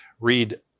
read